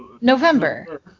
November